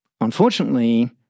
Unfortunately